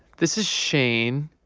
this is shane.